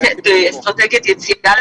פעימה שנייה,